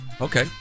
Okay